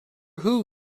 who